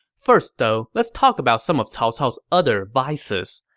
first though, let's talk about some of cao cao's other vices.